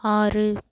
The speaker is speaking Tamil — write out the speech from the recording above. ஆறு